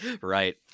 Right